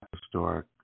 Historic